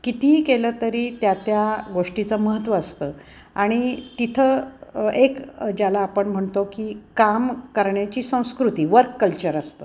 कितीही केलं तरी त्या त्या गोष्टीचं महत्व असतं आणि तिथं एक ज्याला आपण म्हणतो की काम करण्याची संस्कृती वर्क कल्चर असतं